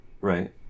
Right